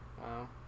Wow